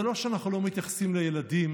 זה לא שאנחנו לא מתייחסים לילדים,